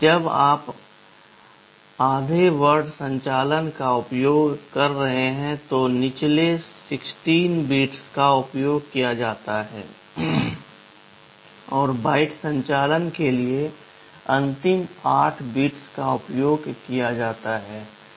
जब आप आधे वर्ड संचालन का उपयोग कर रहे हैं तो निचले 16 बिट्स का उपयोग किया जाता है और बाइट संचालन के लिए अंतिम 8 बिट्स का उपयोग किया जाता है